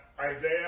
Isaiah